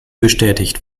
bestätigt